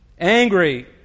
angry